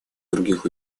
других